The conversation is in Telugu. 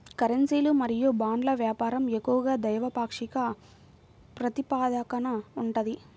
కరెన్సీలు మరియు బాండ్ల వ్యాపారం ఎక్కువగా ద్వైపాక్షిక ప్రాతిపదికన ఉంటది